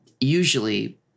usually